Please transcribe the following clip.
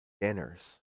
dinners